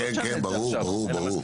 כן, כן, ברור, ברור.